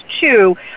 two